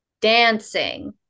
dancing